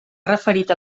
referit